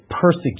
persecute